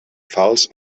falç